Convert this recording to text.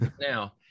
now